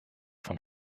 von